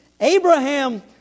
Abraham